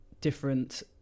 different